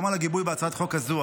גם על הגיבוי בהצעת החוק הזאת,